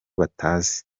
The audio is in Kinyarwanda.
batazi